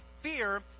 fear